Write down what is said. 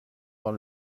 dans